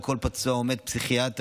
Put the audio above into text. על כל פצוע עומד פסיכיאטר,